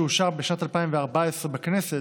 שאושר בשנת 2014 בכנסת,